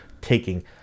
taking